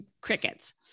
crickets